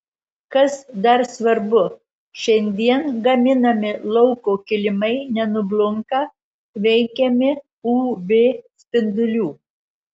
kas dar svarbu šiandien gaminami lauko kilimai nenublunka veikiami uv spindulių